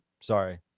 sorry